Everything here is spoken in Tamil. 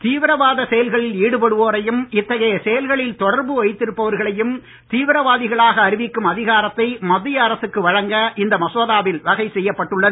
தீவிரவாதச செயல்களில் ஈடுபடுவோரையும் இத்தகைய செயல்களில் தொடர்பு வைத்திருப்பவர்களையும் தீவிரவாதிகளாக அறிவிக்கும் அதிகாரத்தை மத்திய அரசுக்கு வழங்க இந்த மசோதாவில் வகைசெய்யப்பட்டுள்ளது